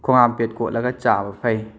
ꯈꯣꯡꯍꯥꯝꯄꯦꯠ ꯀꯣꯠꯂꯒ ꯆꯥꯕ ꯐꯩ